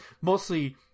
mostly